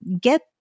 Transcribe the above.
get